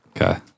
Okay